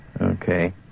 okay